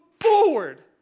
forward